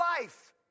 life